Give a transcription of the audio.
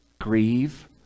Grieve